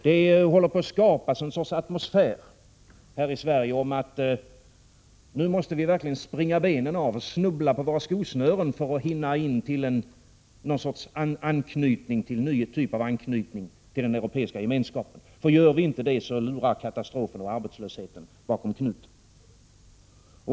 Det håller på att skapas en sorts atmosfär här i Sverige av att nu måste vi verkligen springa benen av oss så att vi nästan snubblar på våra skosnören för att hinna in till en ny typ av anknytning till den Europeiska gemenskapen, för gör vi inte det lurar katastrofen och arbetslösheten bakom knuten.